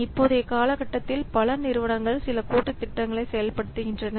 இப்போதைய காலகட்டத்தில் பல நிறுவனங்கள் சில கூட்டு திட்டங்களைச் செயல்படுத்துகின்றன